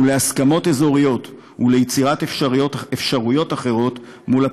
להסכמות אזוריות וליצירת אפשרויות אחרות מול הפלסטינים.